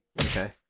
Okay